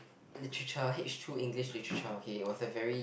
literature H two English literature okay it was a very